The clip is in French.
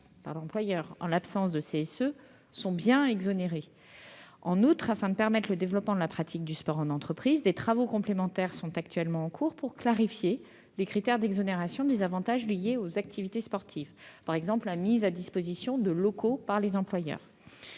par l'employeur en l'absence de CSE, sont bien exonérées. En outre, afin de permettre le développement de la pratique du sport en entreprise, des travaux complémentaires sont en cours pour clarifier les critères d'exonération des avantages liés aux activités sportives, tels que la mise à disposition de locaux par les employeurs.